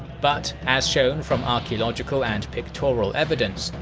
but, as shown from archaeological and pictorial evidence,